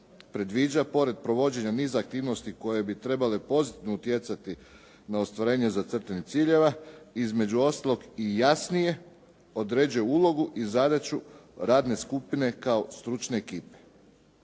predviđa, pored provođenja niza aktivnosti koje bi trebale pozitivno utjecati na ostvarenje zacrtanih ciljeva, između ostalog i jasnije određuje ulogu i zadaću radne skupine kao stručne ekipe.